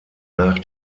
nach